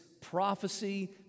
prophecy